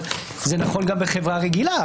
אבל זה נכון גם בחברה רגילה.